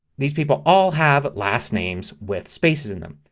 these people all have last names with spaces in them.